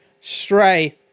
Stray